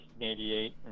1988